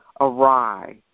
awry